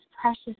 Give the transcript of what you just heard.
precious